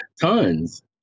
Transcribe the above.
tons